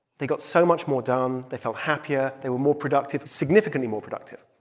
they got so much more done. they felt happier. they were more productive, significantly, more productive.